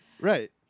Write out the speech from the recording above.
right